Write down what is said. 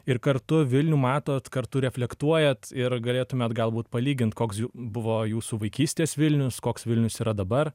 ir kartu vilnių matot kartu reflektuojat ir galėtumėt galbūt palygint koks buvo jūsų vaikystės vilnius koks vilnius yra dabar